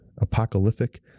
apocalyptic